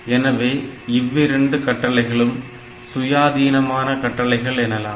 எனவே இவ்விரண்டு கட்டளைகளும் சுயாதீனமான கட்டளைகள் எனலாம்